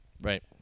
Right